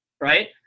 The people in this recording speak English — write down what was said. right